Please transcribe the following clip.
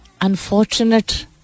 Unfortunate